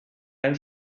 ein